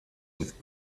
with